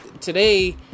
Today